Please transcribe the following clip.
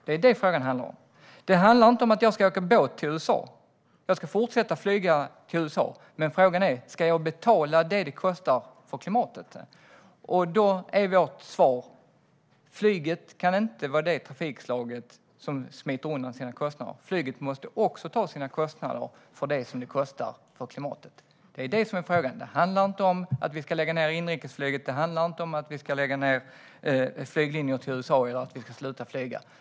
Det är det som frågan handlar om. Det handlar inte om att jag ska åka båt till USA. Jag ska fortsätta flyga till USA. Men frågan är: Ska jag betala det som det kostar för klimatet? Då är vårt svar: Flyget kan inte vara det trafikslag som smiter undan sina kostnader. Flyget måste också ta sina kostnader för klimatet. Det är det som är frågan. Det handlar inte om att vi ska lägga ned inrikesflyget. Det handlar inte om att vi ska lägga ned flyglinjer till USA eller om att vi ska sluta flyga.